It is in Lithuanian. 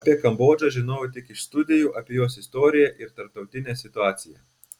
apie kambodžą žinojau tik iš studijų apie jos istoriją ir tarptautinę situaciją